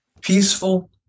Peaceful